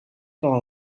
par